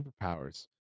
superpowers